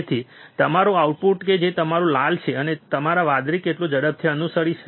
તેથી તમારું આઉટપુટ કે જે તમારું લાલ છે તે તમારા વાદળીને કેટલું ઝડપથી અનુસરે છે